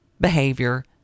behavior